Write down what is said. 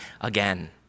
again